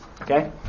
Okay